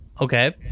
Okay